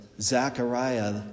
Zachariah